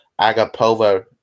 Agapova